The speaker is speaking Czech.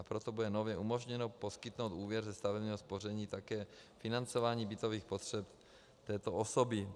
Proto bude nově umožněno poskytnout úvěr ze stavebního spoření také na financování bytových potřeb této osoby.